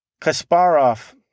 Kasparov